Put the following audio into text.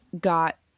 got